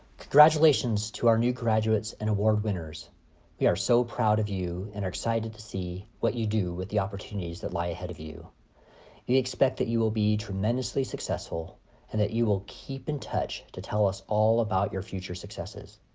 congratulations to our new graduates and award winners we are so proud of you and are excited to see what you do with the opportunities that lie ahead of you. you expect that you will be tremendously successful and that you will keep in touch, to tell us all about your future successes.